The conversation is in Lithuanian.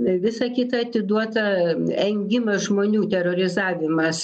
visa kita atiduota engimas žmonių terorizavimas